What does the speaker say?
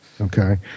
okay